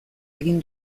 egin